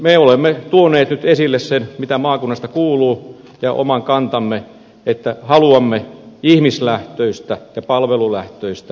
me olemme tuoneet nyt esille sen mitä maakunnasta kuuluu ja oman kantamme että haluamme ihmislähtöistä ja palvelulähtöistä politiikkaa suomeen